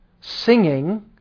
Singing